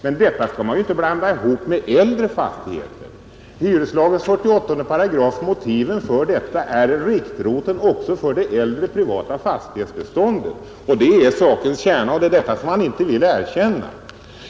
Men detta skall man inte blanda ihop med äldre fastigheter. Motiven för hyreslagens 48 § är riktrote också för det äldre privatfastighetsbeståndet. Det är sakens kärna men det vill man inte erkänna.